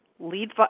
lead